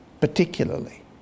particularly